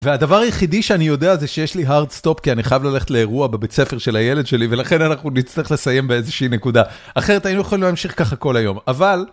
והדבר היחידי שאני יודע זה שיש לי hard stop כי אני חייב ללכת לאירוע בבית ספר של הילד שלי ולכן אנחנו נצטרך לסיים באיזושהי נקודה, אחרת היינו יכולים להמשיך ככה כל היום אבל.